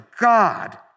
God